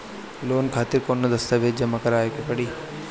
Loan खातिर कौनो दस्तावेज जमा करावे के पड़ी?